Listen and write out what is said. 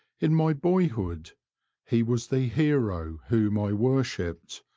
in my boyhood he was the hero whom i worshipped,